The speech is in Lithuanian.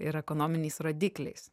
ir ekonominiais rodikliais